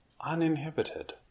uninhibited